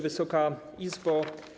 Wysoka Izbo!